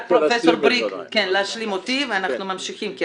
רק פרופ' בריק, להשלים אותי ואנחנו ממשיכים.